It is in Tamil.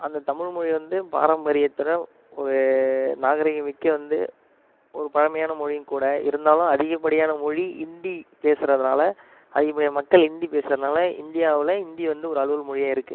அந்த தமிழ்மொழி வந்து பாரம்பரியத்தில் ஒரு நாகரீகமிக்க வந்து ஒரு பழமையான மொழியும் கூட இருந்தாலும் அதிகப்படியான மொழி இந்தி பேசுறதனால் அதிகப்படியான மக்கள் இந்தி பேசுறதுனால இந்தியாவில் இந்தி வந்து ஒரு அலுவல் மொழியாக இருக்குது